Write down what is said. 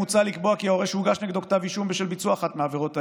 מוצע לקבוע כי הורה שהוגש נגדו כתב אישום בשל ביצוע אחת מהעבירות האלה,